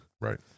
Right